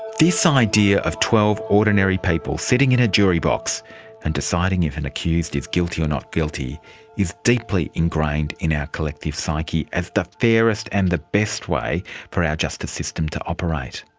this idea of twelve ordinary people sitting in a jury box and deciding if an accused is guilty or not guilty is deeply ingrained in our collective psyche as the fairest and the best way for our justice system to operate.